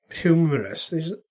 humorous